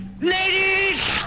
ladies